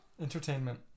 Entertainment